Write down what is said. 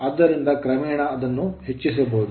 ಆದ್ದರಿಂದ ಕ್ರಮೇಣ ಅದನ್ನು ಹೆಚ್ಚಿಸಬಹುದು